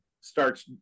starts